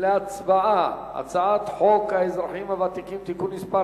להצבעה על הצעת חוק האזרחים הוותיקים (תיקון מס'